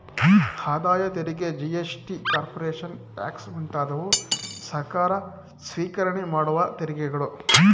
ಆದಾಯ ತೆರಿಗೆ GST, corporation tax ಮುಂತಾದವು ಸರ್ಕಾರ ಸ್ವಿಕರಣೆ ಮಾಡುವ ತೆರಿಗೆಗಳು